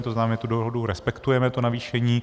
To znamená, my tu dohodu respektujeme, to navýšení.